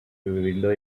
window